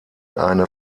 eine